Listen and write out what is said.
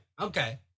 Okay